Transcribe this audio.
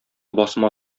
басма